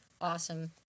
awesome